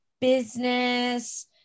business